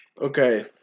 Okay